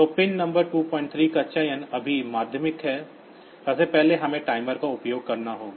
तो pin number 23 का चयन अभी माध्यमिक है सबसे पहले हमें टाइमर का उपयोग करना होगा